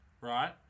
right